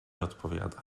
odpowiada